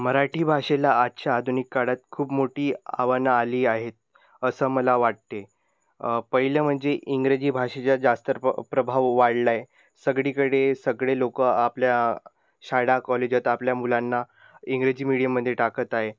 मराठी भाषेला आजच्या आधुनिक काळात खूप मोठी आव्हानं आली आहेत असं मला वाटते पहिलं म्हणजे इंग्रजी भाषेचा जास्त प्र प्रभाव वाढला आहे सगळीकडे सगळे लोक आपल्या शाळा कॉलेजात आपल्या मुलांना इंग्रजी मीडियममध्ये टाकत आहे